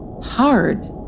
hard